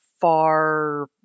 far